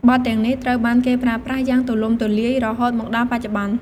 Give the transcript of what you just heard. បទទាំងនេះត្រូវបានគេប្រើប្រាស់យ៉ាងទូលំទូលាយរហូតមកដល់បច្ចុប្បន្ន។